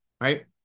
right